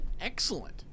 excellent